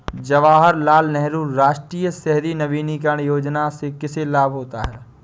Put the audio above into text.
जवाहर लाल नेहरू राष्ट्रीय शहरी नवीकरण योजना से किसे लाभ होता है?